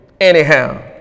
Anyhow